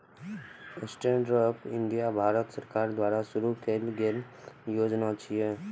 stand up India Bharat सरकार द्वारा शुरू कैल गेल योजना छियै